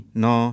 no